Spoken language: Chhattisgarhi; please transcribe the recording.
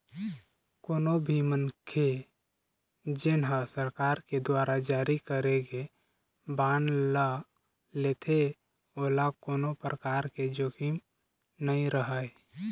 कोनो भी मनखे जेन ह सरकार के दुवारा जारी करे गे बांड ल लेथे ओला कोनो परकार के जोखिम नइ रहय